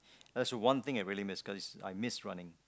that's the one thing I really missed because I missed running